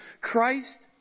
Christ